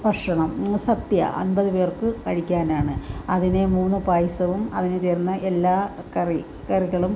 ഭക്ഷണം സദ്യ അൻപത് പേർക്ക് കഴിക്കാനാണ് അതിന് മൂന്ന് പായസവും അതിന് ചേരുന്ന എല്ലാ കറി കറികളും